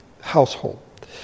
household